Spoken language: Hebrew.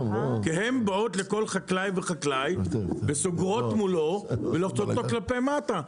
כי הן באות לכל חקלאי וחקלאי וסוגרות מולו ולוחצות כלפי מטה.